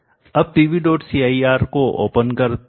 अब pvcir को open करें